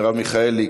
מרב מיכאלי,